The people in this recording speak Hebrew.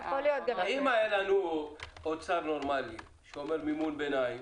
אם היה לנו משרד אוצר נורמלי שנותן מימון ביניים